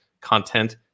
content